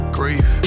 grief